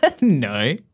no